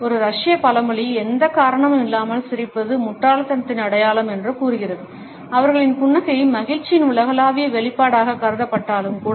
ஒரு ரஷ்ய பழமொழி எந்த காரணமும் இல்லாமல் சிரிப்பது முட்டாள்தனத்தின் அடையாளம் என்று கூறுகிறது அவர்களின் புன்னகை மகிழ்ச்சியின் உலகளாவிய வெளிப்பாடாக கருதப்பட்டாலும் கூட